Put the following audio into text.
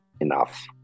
enough